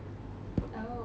oh